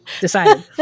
decided